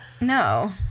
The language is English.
no